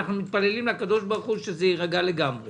אנחנו מתפללים לקדוש ברוך הוא שזה יירגע לגמרי